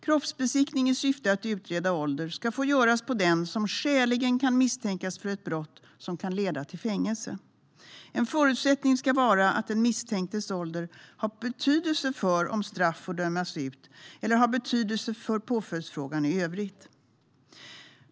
Kroppsbesiktning i syfte att utreda ålder ska få göras på den som skäligen kan misstänkas för ett brott som kan leda till fängelse. En förutsättning ska vara att den misstänktes ålder har betydelse för om straff får dömas ut eller för påföljdsfrågan i övrigt.